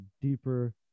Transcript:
deeper